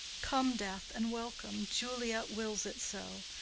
come, death, and welcome! juliet wills it so.